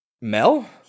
Mel